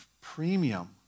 premium